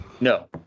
No